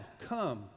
come